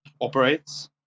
operates